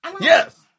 Yes